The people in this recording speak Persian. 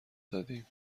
دادیم